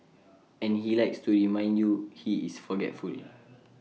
and he likes to remind you he is forgetful